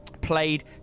Played